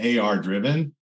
AR-driven